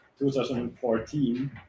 2014